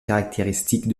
caractéristiques